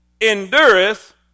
endureth